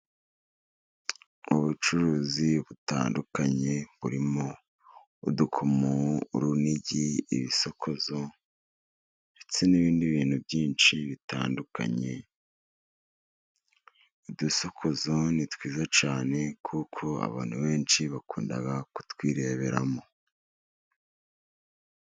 Ubucuruzi butandukanye burimo: udukomo, urunigi, ibisokozo ndetse n'ibindi bintu byinshi bitandukanye, udusokozo ni twiza cyane kuko abantu benshi bakunda kutwireberamo.